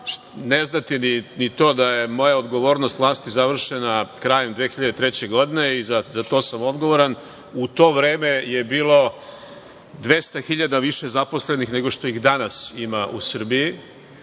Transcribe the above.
Ne znate ni to da je moja odgovornost vlasti završena krajem 2003. godine i za to sam odgovoran. U to vreme je bilo 200.000 više zaposlenih nego što ih danas ima u Srbiji.